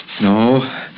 No